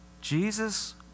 Jesus